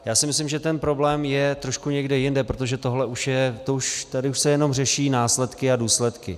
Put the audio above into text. Já si myslím, že ten problém je trošku někde jinde, protože tohle už je, tady už se jenom řeší následky a důsledky.